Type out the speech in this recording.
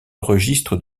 registre